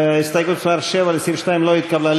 הסתייגות מס' 7 לסעיף 2 לא התקבלה.